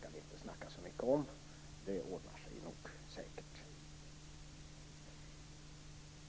"Det ordnar sig nog säkert."